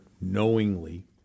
knowingly